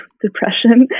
depression